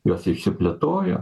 jos išsiplėtojo